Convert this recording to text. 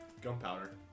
gunpowder